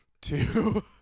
two